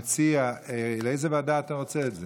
המציע, לאיזו ועדה אתה רוצה את זה,